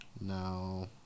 No